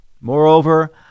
Moreover